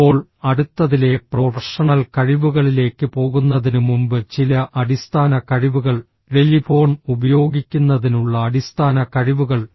ഇപ്പോൾ അടുത്തതിലെ പ്രൊഫഷണൽ കഴിവുകളിലേക്ക് പോകുന്നതിനുമുമ്പ് ചില അടിസ്ഥാന കഴിവുകൾ ടെലിഫോൺ ഉപയോഗിക്കുന്നതിനുള്ള അടിസ്ഥാന കഴിവുകൾ